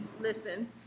listen